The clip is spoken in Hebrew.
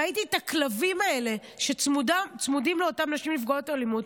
ראיתי את הכלבים האלה שצמודים לאותן נשים נפגעות אלימות,